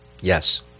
Yes